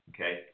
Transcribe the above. Okay